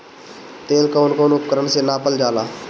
तेल कउन कउन उपकरण से नापल जाला?